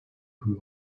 hören